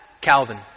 Calvin